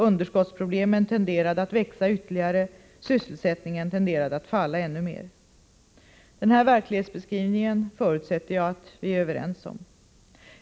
Underskottsproblemen tenderade att växa ytterligare, och sysselsättningen tenderade att falla än mer. Den här verklighetsbeskrivningen förutsätter jag att vi är överens om.